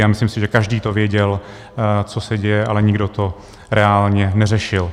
A myslím si, že každý to věděl, co se děje, ale nikdo to reálně neřešil.